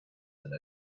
than